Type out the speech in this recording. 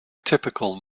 typical